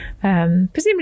Presumably